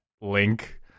link